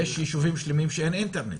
יש יישובים שלמים שאין בהם אינטרנט,